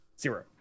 zero